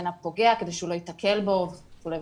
הפוגע כדי שהוא לא ייתקל בו וכולי.